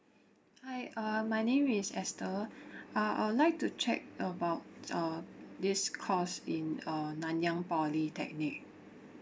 hi uh my name is E S T H E R uh I would like to check about uh this course in uh nanyang polytechnic